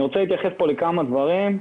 אני רוצה להתייחס לכמה דברים,